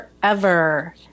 forever